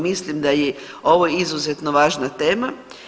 Mislim da je ovo izuzetno važna tema.